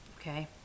okay